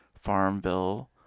Farmville-